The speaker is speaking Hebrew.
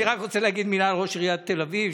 אני רק רוצה להגיד מילה על ראש עיריית תל אביב,